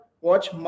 watch